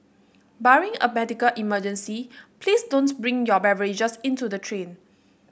barring a medical emergency please don't bring your beverages into the train